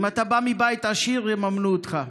אם אתה בא מבית עשיר, יממנו אותך,